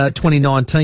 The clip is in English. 2019